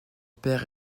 père